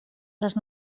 les